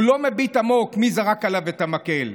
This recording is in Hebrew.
הוא לא מביט עמוק מי זרק עליו את המקל.